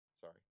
Sorry